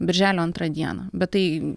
birželio antrą dieną bet tai